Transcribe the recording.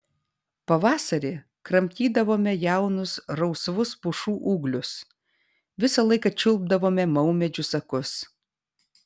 pavasarį kramtydavome jaunus rausvus pušų ūglius visą laiką čiulpdavome maumedžių sakus